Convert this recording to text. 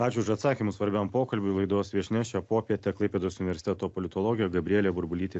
ačiū už atsakymus svarbiam pokalbiui laidos viešnia šią popietę klaipėdos universiteto politologė gabrielė burbulytė